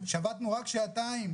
יש לנו הערכה משוערת,